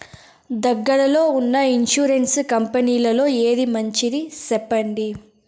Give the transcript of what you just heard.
దగ్గర లో ఉన్న ఇన్సూరెన్సు కంపెనీలలో ఏది మంచిది? సెప్పండి?